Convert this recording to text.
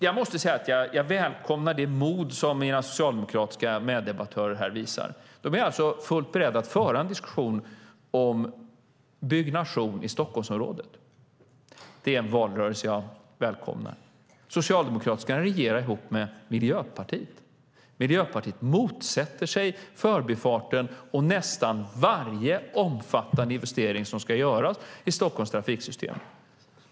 Jag välkomnar det mod som mina socialdemokratiska meddebattörer visar här. De är alltså fullt beredda att föra en diskussion om byggnation i Stockholmsområdet. Det är en valrörelse jag välkomnar. Socialdemokraterna ska regera ihop med Miljöpartiet. Miljöpartiet motsätter sig Förbifarten och nästan varje omfattande investering som ska göras i Stockholms trafiksystem.